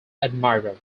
admiral